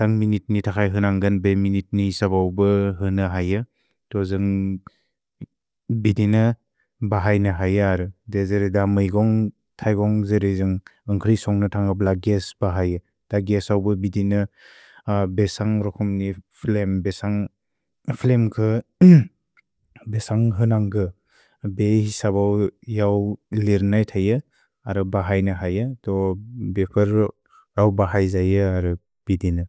सन्ग् मिनित् नि तगै हनन्गन् बे मिनित् नि सबौ बे हन हैअ। तो जन्ग् बिदिन बहैनने है अरेबेअदि, द्जे जेरे द मैगोन्ग् थय्गोन्ग् जेरे जन्ग् न्ग्रि सुन्ग्न थन्ग ब्ल गेस् बहैनने, द गेस् सबौ बिदिन बे सन्ग् जोखम्नि फ्लमे, बे सन्ग्, फ्लमे के, बे सन्ग् हनन्ग, बे सबौ इऔ लिर्नै थैअ अरेबाइनने हैअ, तो बेकोर् रओ बहैनने जैअ अरेबेअदि।